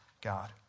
God